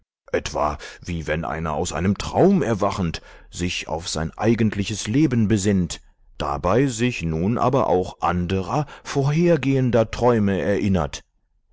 etwa wie wenn einer aus einem traum erwachend sich auf sein eigentliches leben besinnt dabei sich nun aber auch anderer vorhergehender träume erinnert